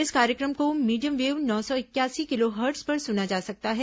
इस कार्यक्रम को मीडियम वेव नौ सौ इकयासी किलोहर्ट्ज पर सुना जा सकता है